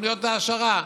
תוכניות העשרה.